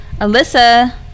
Alyssa